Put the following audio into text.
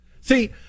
See